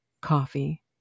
coffee